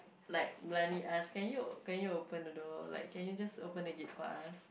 like blindly ask can you can you open the door like can you just open the gate for us